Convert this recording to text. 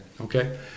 Okay